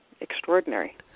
extraordinary